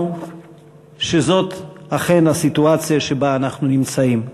שזאת אכן הסיטואציה שבה אנחנו נמצאים.